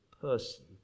person